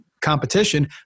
competition